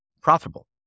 profitable